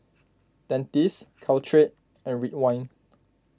Dentiste Caltrate and Ridwind